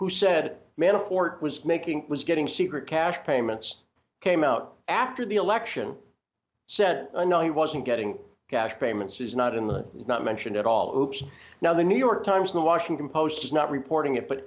who said metaphor was making was getting secret cash payments came out after the election said another he wasn't getting cash payments is not in the not mentioned at all oops now the new york times the washington post is not reporting it but